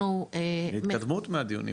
אנחנו --- הייתה התקדמות מהדיונים.